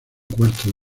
cuarto